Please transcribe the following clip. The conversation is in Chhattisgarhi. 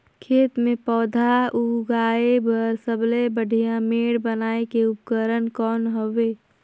खेत मे पौधा उगाया बर सबले बढ़िया मेड़ बनाय के उपकरण कौन हवे?